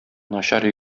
начар